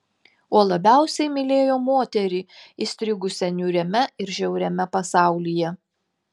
o labiausiai mylėjo moterį įstrigusią niūriame ir žiauriame pasaulyje